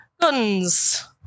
guns